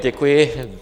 Děkuji.